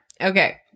Okay